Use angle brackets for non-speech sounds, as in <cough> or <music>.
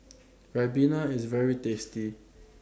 <noise> Ribena IS very tasty